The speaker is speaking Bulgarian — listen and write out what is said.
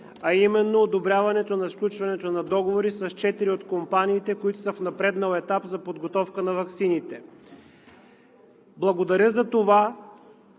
а именно одобряването на сключването на договори с четири от компаниите, които са в напреднал етап за подготовка на ваксините. Благодаря за това,